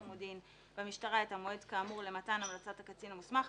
ומודיעין במשטרה להאריך את המועד הקבוע למתן המלצת הקצין המוסמך,